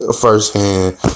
firsthand